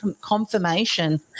confirmation